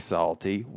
Salty